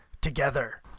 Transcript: together